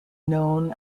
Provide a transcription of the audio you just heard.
known